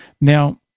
Now